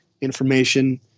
information